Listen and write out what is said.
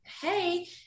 Hey